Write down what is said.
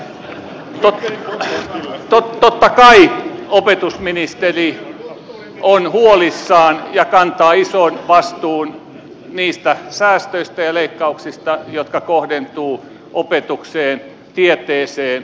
totta kai opetusministeri on huolissaan ja kantaa ison vastuun niistä säästöistä ja leikkauksista jotka kohdentuvat opetukseen tieteeseen tutkimukseen